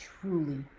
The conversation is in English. truly